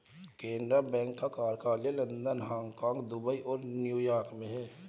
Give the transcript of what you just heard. Canara bank का कार्यालय London Hong Kong Dubai और न्यू यॉर्क में है